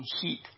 heat